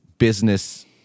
Business